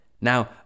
Now